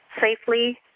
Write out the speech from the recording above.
safely